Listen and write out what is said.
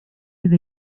with